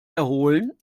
erholen